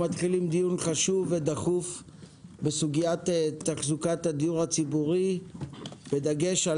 אנחנו מתחילים דיון חשוב ודחוף בסוגיית תחזוקת הדיור הציבורי בדגש על